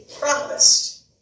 promised